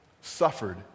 suffered